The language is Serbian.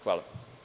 Hvala.